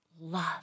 love